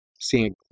seeing